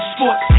Sports